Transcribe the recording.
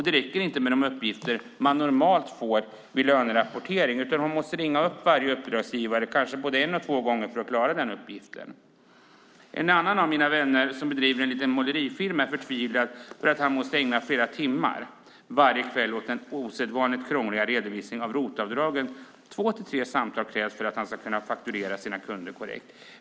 Det räcker inte med de uppgifter man normalt får vid lönerapportering, utan hon måste ringa upp varje uppdragsgivare kanske både en och två gånger för att klara den uppgiften. En annan av mina vänner bedriver en liten målerifirma och är förtvivlad över att han måste ägna flera timmar varje kväll åt den osedvanligt krångliga redovisningen av ROT-avdragen. Två tre samtal krävs för att han ska kunna fakturera sina kunder korrekt.